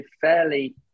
fairly